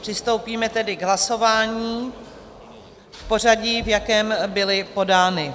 Přistoupíme tedy k hlasování v pořadí, v jakém byly podány.